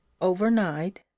overnight